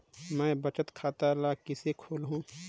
मैं बचत खाता ल किसे खोलूं?